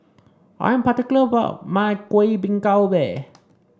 I am particular about my Kuih Bingka Ubi